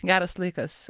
geras laikas